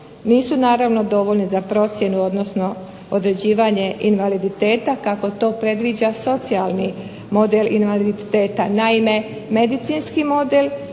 nisu naravno dovoljni za procjenu odnosno određivanje invaliditeta kako to predviđa socijalni model invaliditeta. Naime, medicinski model